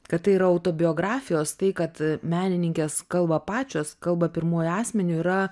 kad tai yra autobiografijos tai kad menininkės kalba pačios kalba pirmuoju asmeniu yra